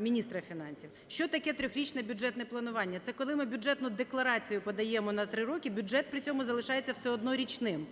міністра фінансів. Що таке трьохрічне бюджетне планування? Це коли ми бюджетну декларацію подаємо на 3 роки, бюджет при цьому залишається все одно річним.